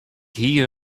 hie